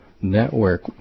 network